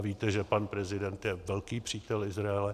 Víte, že pan prezident je velký přítel Izraele.